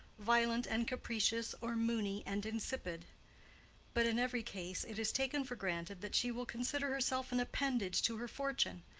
violent and capricious or moony and insipid but in every case it is taken for granted that she will consider herself an appendage to her fortune,